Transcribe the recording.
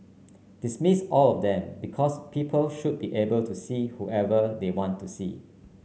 dismiss all of them because people should be able to see whoever they want to see